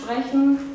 sprechen